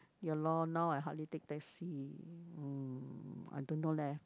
ya lor now I hardly take taxi mm I don't know leh